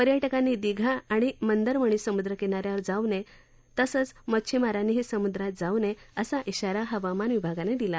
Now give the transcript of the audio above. पर्यटकांनी दिघा आणि मंदरमणी समुद्र किना यावर जाऊ नये तसंच मच्छिमारांनीही समुद्रात जाऊ नये असा इशारा हवामान विभागानं दिला आहे